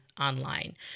online